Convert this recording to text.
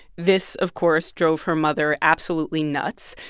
this, of course, drove her mother absolutely nuts,